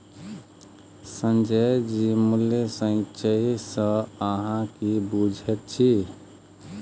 संजय जी मूल्य संचय सँ अहाँ की बुझैत छी?